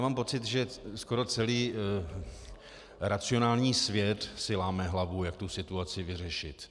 Mám pocit, že skoro celý racionální svět si láme hlavu, jak situaci vyřešit.